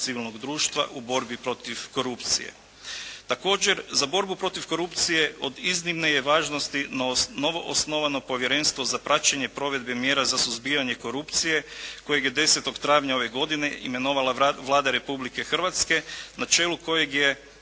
civilnog društva u borbi protiv korupcije. Također za borbu protiv korupcije od iznimne je važnosti novo osnovano Povjerenstvo za praćenje provedbe mjera za suzbijanje korupcije kojeg je 10. travnja ove godine imenovala Vlada Republike Hrvatske na čelu kojeg je